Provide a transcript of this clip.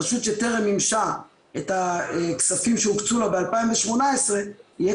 רשות שטרם מימשה את הכספים שהוקצו לה ב-2018 יהיה